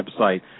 website